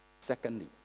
Secondly